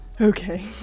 Okay